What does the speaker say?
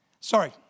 sorry